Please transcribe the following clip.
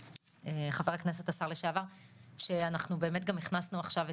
חבר הכנסת השר לשעבר שאנחנו באמת גם הכנסנו עכשיו,